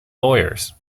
lawyers